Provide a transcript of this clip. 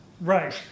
Right